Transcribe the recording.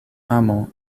amo